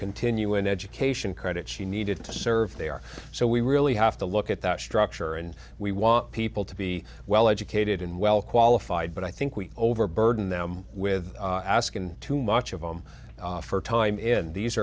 continuing education credits she needed to serve there so we really have to look at that structure and we want people to be well educated and well qualified but i think we overburden them with asking too much of a first time in these